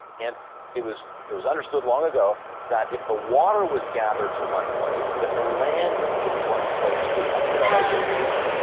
and it was it was understood long ago that if the water was gathered to one place then the land would be in one place too. that's where that idea came from.